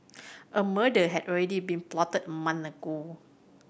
a murder had already been plotted a ago